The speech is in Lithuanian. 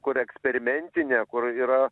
kur eksperimentinė kur yra